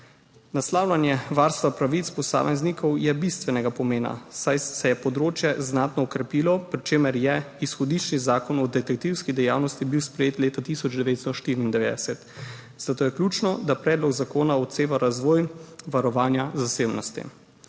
Naslavljanje varstva pravic posameznikov je bistvenega pomena, saj se je področje znatno okrepilo, pri čemer je bil izhodiščni Zakon o detektivski dejavnosti sprejet leta 1994, zato je ključno, da predlog zakona odseva razvoj varovanja zasebnosti.